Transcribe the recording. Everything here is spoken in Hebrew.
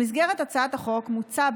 במסגרת הצעת החוק מוצע,